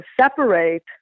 separate